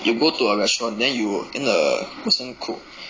you go to a restaurant then you then the person cook